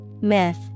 Myth